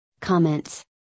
comments